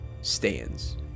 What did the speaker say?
stands